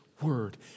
word